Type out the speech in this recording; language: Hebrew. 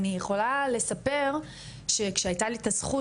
אני יכולה לספר שכשהייתה לי את הזכות,